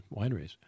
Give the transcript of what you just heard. wineries